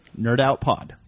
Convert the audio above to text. Nerdoutpod